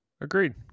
Agreed